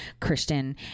Christian